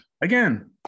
Again